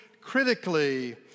critically